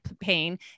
pain